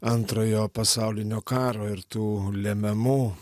antrojo pasaulinio karo ir tų lemiamų